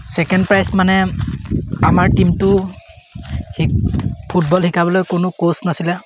second prize মানে আমাৰ টীমটো ফুটবল শিকাবলৈ কোনো ক'চ নাছিলে